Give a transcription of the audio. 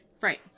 right